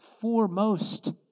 foremost